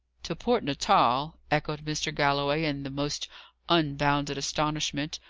to port natal! echoed mr. galloway in the most unbounded astonishment,